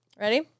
Ready